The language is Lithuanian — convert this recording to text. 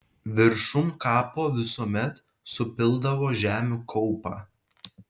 viršum kapo visuomet supildavo žemių kaupą